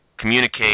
communicate